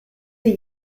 sie